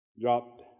dropped